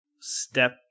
step